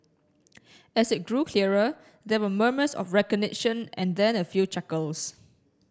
as it grew clearer there were murmurs of recognition and then a few chuckles